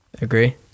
Agree